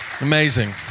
amazing